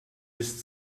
ist